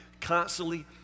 constantly